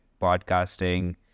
podcasting